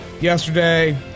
yesterday